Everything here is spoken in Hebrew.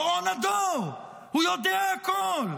גאון הדור, הוא יודע הכול,